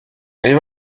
les